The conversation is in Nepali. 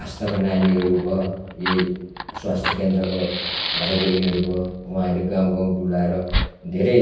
आशाका नानीहरू भयो यही स्वास्थ्य केन्द्रको भाइ बहिनीहरू भयो उहाँहरूले गाउँ गाउँ डुलाएर धेरै